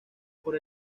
por